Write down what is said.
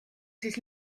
siis